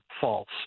false